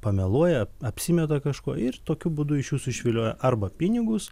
pameluoja apsimeta kažkuo ir tokiu būdu iš jūsų išvilioja arba pinigus